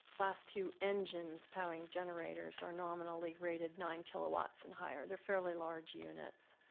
last two engines powering generators are nominally graded nine kilowatts and higher. they're fairly large units.